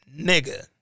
nigga